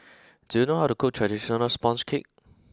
do you know how to cook traditional sponge cake